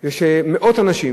הם שמאות אנשים,